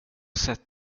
sett